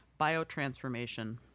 Biotransformation